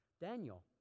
Daniel